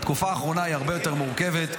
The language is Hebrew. התקופה האחרונה היא הרבה יותר מורכבת,